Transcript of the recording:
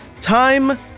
time